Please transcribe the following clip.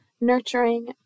nurturing